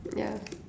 ya